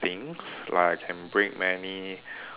of things like I can break many